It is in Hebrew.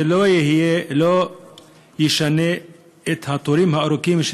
זה לא ישנה את התורים הארוכים.